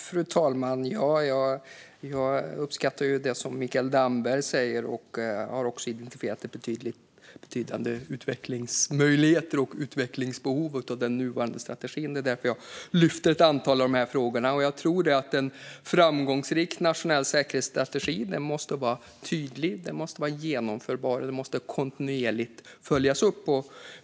Fru talman! Jag uppskattar det som Mikael Damberg säger. Jag har också i den nuvarande strategin identifierat betydande utvecklingsmöjligheter och utvecklingsbehov. Det är därför jag lyfter fram ett antal av de här frågorna. Jag tror att en framgångsrik nationell säkerhetsstrategi måste vara tydlig och genomförbar och att den kontinuerligt måste följas upp.